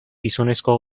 gizonezko